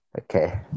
Okay